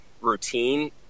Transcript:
routine